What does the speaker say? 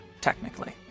technically